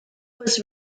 was